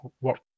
work